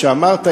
כשאמרת,